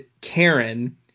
Karen